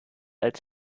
als